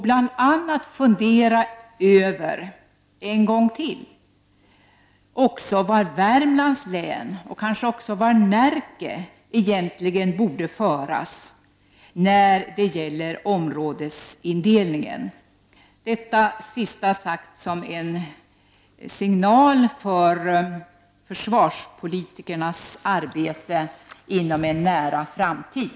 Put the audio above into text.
Bl.a. bör man en gång till fundera över vart Värmlands län och kanske även Närke egentligen borde föras när det gäller områdesindelningen — detta sista sagt som en signal till försvarspolitikerna när det gäller det arbete som förestår inom en nära framtid.